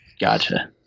gotcha